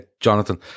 Jonathan